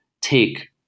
take